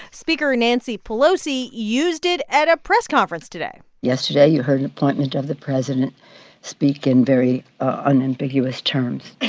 speaker nancy pelosi used it at a press conference today yesterday, you heard an appointment of the president speak in very unambiguous terms.